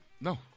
No